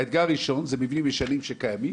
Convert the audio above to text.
אתגר ראשון זה מבנים ישנים שקיימים,